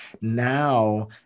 now